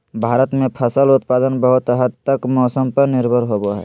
भारत में फसल उत्पादन बहुत हद तक मौसम पर निर्भर होबो हइ